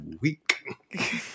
week